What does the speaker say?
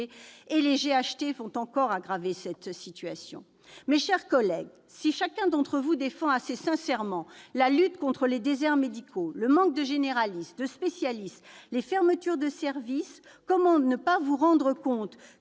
aggraveront encore cette situation. Mes chers collègues, si chacun d'entre vous défend assez sincèrement la lutte contre les déserts médicaux, le manque de généralistes et de spécialistes, les fermetures de services, comment ne pas vous rendre compte